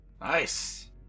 Nice